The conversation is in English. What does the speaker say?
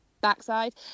backside